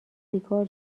سیگار